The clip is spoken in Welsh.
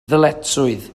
ddyletswydd